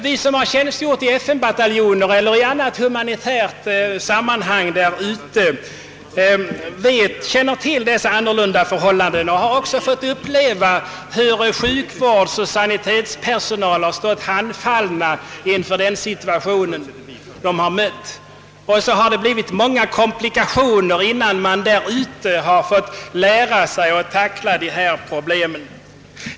Vi som har tjänstgjort i FN-bataljoner eller i annat humanitärt sammanhang därute känner till dessa annorlunda förhållanden och har också fått uppleva hur sjukvårdsoch sanitetspersonal stått handfallen inför den situation man mött. Det har blivit många komplikationer innan man har lärt sig att tackla problemen.